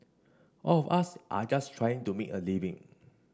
all of us are just trying to make a living